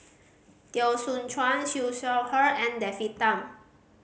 Teo Soon Chuan Siew Shaw Her and David Tham